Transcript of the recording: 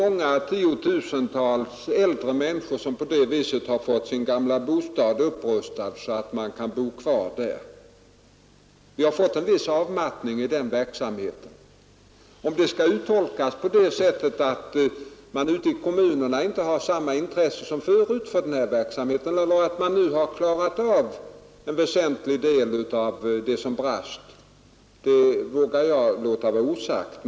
Många tiotusental äldre människor har genom dessa lån fått sin gamla bostad upprustad så att de kan bo kvar. Det har blivit en viss avmattning i den verksamheten. Om detta skall tolkas så att man inte ute i kommunerna har samma intresse som förut för verksamheten eller att en väsentlig del av behovet nu har täckts vågar jag inte uttala mig om.